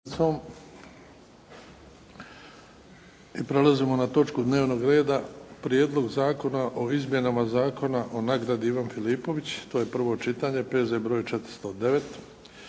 prelazimo na točku dnevnog reda 1. Prijedlog zakona o izmjenama Zakona o "Nagradi Ivan Filipović", prvo čitanje, P.Z. br. 409.